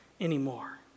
anymore